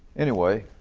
anyway,